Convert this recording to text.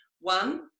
one